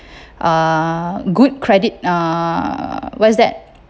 uh good credit uh what's that